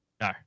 No